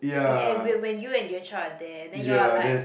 eh eh and when when you and Yuan-Chao are there then you are like